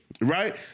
right